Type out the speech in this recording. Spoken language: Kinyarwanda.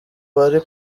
bari